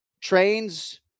trains